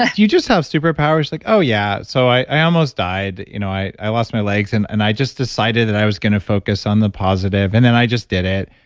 do you just have super powers like oh yeah, so i almost died, you know i i lost my legs and and i just decided that i was going to focus on the positive. and then i just did it.